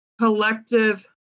collective